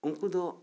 ᱩᱱᱠᱩ ᱫᱚ